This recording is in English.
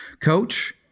Coach